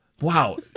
Wow